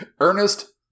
ernest